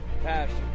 Passion